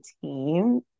team